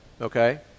okay